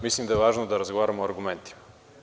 Mislim da je važno da razgovaramo argumentima.